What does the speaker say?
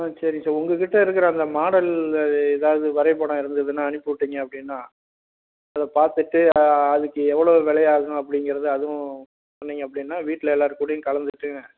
ம் சரிங்க சார் உங்கள் கிட்டே இருக்கிற அந்த மாடலில் ஏதாவது வரைபடம் இருந்துதுனால் அனுப்பி விட்டிங்க அப்படின்னா அதை பார்த்துட்டு அதுக்கு எவ்வளோ விலையாகும் அப்படிங்கிறத அதுவும் சொன்னீங்க அப்படின்னா வீட்டில் எல்லாேர் கூடயும் கலந்துகிட்டு